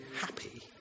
happy